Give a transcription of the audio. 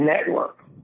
network